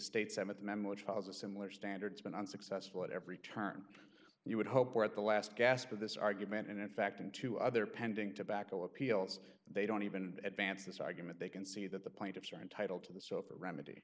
states some of the memo which was a similar standards been unsuccessful at every turn you would hope for at the last gasp of this argument and in fact in two other pending tobacco appeals they don't even advance this argument they can see that the plaintiffs are entitled to